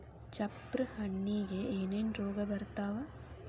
ಚಪ್ರ ಹಣ್ಣಿಗೆ ಏನೇನ್ ರೋಗ ಬರ್ತಾವ?